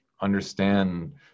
understand